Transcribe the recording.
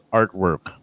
artwork